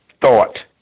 thought